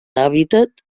hàbitat